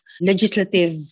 legislative